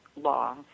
law